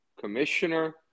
Commissioner